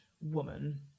woman